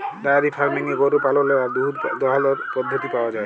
diary ফার্মিংয়ে গরু পাললের আর দুহুদ দহালর পদ্ধতি পাউয়া যায়